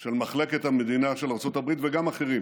של מחלקת המדינה של ארצות הברית וגם אחרים,